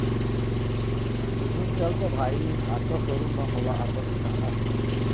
किसुन चल तो भाई आटो शोरूम म मोला आटो बिसाना हे